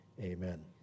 amen